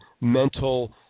mental